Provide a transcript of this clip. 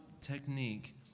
technique